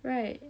right